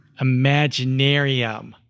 Imaginarium